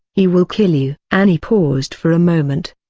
he will kill you. annie paused for a moment,